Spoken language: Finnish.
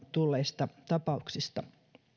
tulleesta tapauksesta